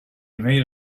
made